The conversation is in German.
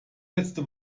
letzte